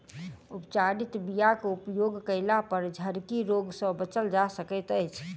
उपचारित बीयाक उपयोग कयलापर झरकी रोग सँ बचल जा सकैत अछि